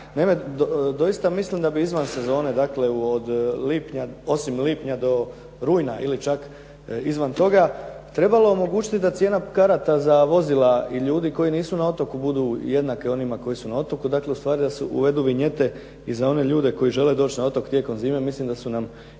Naime, doista mislim da bi izvan sezone osim lipnja do rujna ili čak izvan toga, trebalo omogućiti da cijena karata za vozila i ljudi koji nisu na otoku budu jednake onima koji su na otoku, dakle da se uvedu vinjete i za one ljude koji žele doći na otok tijekom zime. Mislim da su nam